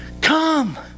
come